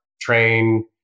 train